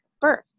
birth